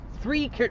three